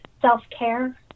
self-care